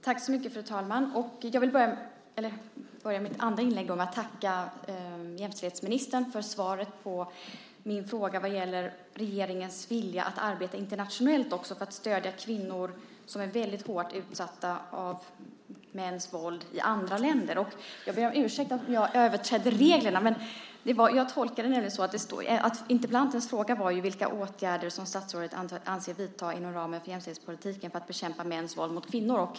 Fru talman! Jag vill börja detta inlägg med att tacka jämställdhetsministern för svaret på min fråga om regeringens vilja att arbeta internationellt för att stödja kvinnor som är hårt utsatta för mäns våld i andra länder. Jag ber om ursäkt för att jag överträdde reglerna. Interpellantens fråga var ju vilka åtgärder som statsrådet avser att vidta inom ramen för jämställdhetspolitiken för att bekämpa mäns våld mot kvinnor.